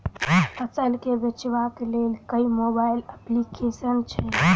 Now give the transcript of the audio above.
फसल केँ बेचबाक केँ लेल केँ मोबाइल अप्लिकेशन छैय?